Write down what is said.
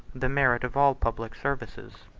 the merit of all public services.